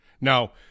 Now